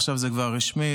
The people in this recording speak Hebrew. עכשיו זה כבר רשמי,